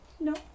no